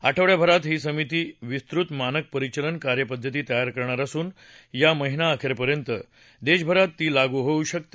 आठवङ्याभरात ही समिती विस्तृत मानक परिचलन कार्यपद्धती तयार करणार असून या महिना अखेरपर्यंत देशभरात ती लागू होऊ शकते